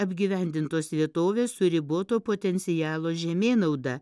apgyvendintos vietovės su riboto potencialo žemėnauda